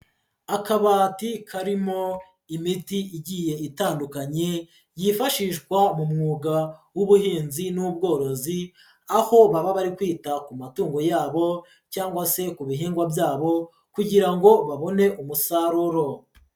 Akabati karimo imiti igiye itandukanye yifashishwa mu mwuga w'ubuhinzi n'bworozi, aho baba bari kwita ku matungo yabo cyangwa se ku bihingwa byabo kugira ngo babone umusaruro.